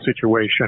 situation